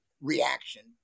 reaction